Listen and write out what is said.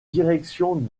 direction